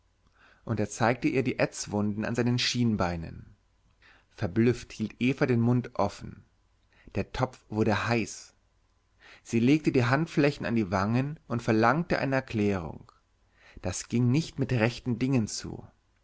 und er zeigte ihr die ätzwunden an seinen schienbeinen verblüfft hielt eva den mund offen der topf wurde heiß sie legte die handflächen an die wangen und verlangte eine erklärung das ging nicht mit rechten dingen zu